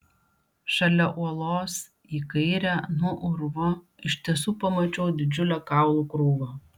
šalia uolos į kairę nuo urvo iš tiesų pamačiau didžiulę kaulų krūvą